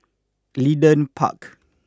Leedon Park